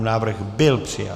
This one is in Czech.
Návrh byl přijat.